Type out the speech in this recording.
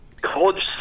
College